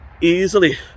easily